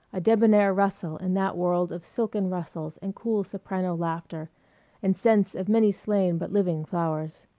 a debonair rustle in that world of silken rustles and cool soprano laughter and scents of many slain but living flowers.